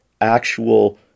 actual